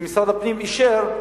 שמשרד הפנים אישר,